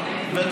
ביטויו.